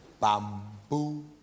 Bamboo